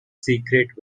secret